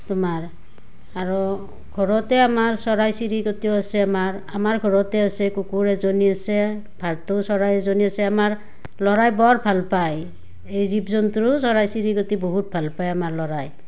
তোমাৰ আৰু ঘৰতে আমাৰ চৰাই চিৰিকটিও আছে আমাৰ আমাৰ ঘৰতে আছে কুকুৰা এজনী আছে ভাটো চৰাই এজনী আছে আমাৰ ল'ৰাই বৰ ভাল পায় এই জীৱ জন্তুও চৰাই চিৰিকটি বহুত ভাল পায় আমাৰ ল'ৰাই